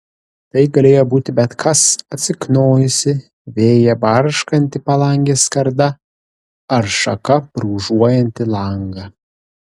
tai galėjo būti bet kas atsiknojusi vėjyje barškanti palangės skarda ar šaka brūžuojanti langą